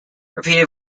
repeated